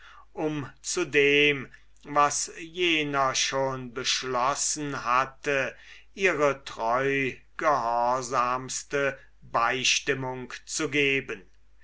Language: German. um zu dem was jener schon beschlossen hatte ihre beistimmung zu geben